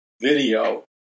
video